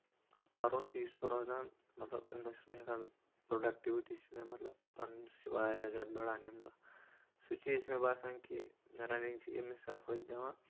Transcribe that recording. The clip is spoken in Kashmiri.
پَرُن تہِ چھُس بہٕ روزان مطلب اَمہِ دۄہ چھُس بہٕ ہٮ۪کان پروڈَکٹِوٹی چھِ مےٚ مطلب پَنٕنۍ سُہ چھُ واریاہ زیادٕ بَڑان اَمہِ دۄہ سُہ چیٖز چھُ مےٚ باسان کہِ رَننٛگ چھِ اَمہِ حِسابہٕ فٲیدَے دِوان